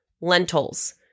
lentils